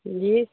جی